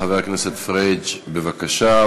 חבר הכנסת פריג', בבקשה.